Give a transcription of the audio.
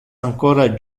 ancora